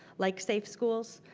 like safe schools.